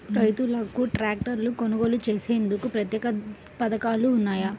రైతులకు ట్రాక్టర్లు కొనుగోలు చేసేందుకు ప్రత్యేక పథకాలు ఉన్నాయా?